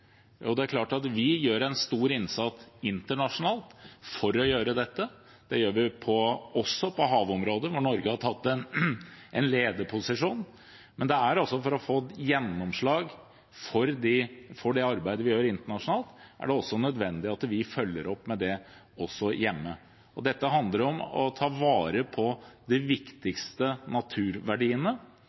Det er klart at vi gjør en stor innsats internasjonalt med dette. Det gjør vi også på havområdet, hvor Norge har tatt en lederposisjon. Men for å få gjennomslag for det arbeidet vi gjør internasjonalt, er det nødvendig at vi følger opp med det også hjemme. Dette handler om å ta vare på de viktigste naturverdiene.